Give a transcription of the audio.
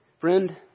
Friend